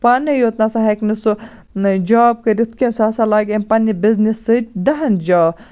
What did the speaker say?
پانےَ یوت نَسا ہیٚکہِ نہٕ سُہ نہٕ جاب کٔرِتھ کیٚنٛہہ سُہ ہَسا لاگہِ پَننہِ بِزنِس سۭتۍ دَہَن جاب